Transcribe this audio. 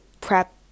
prep